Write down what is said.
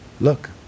look